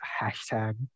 hashtag